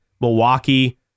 Milwaukee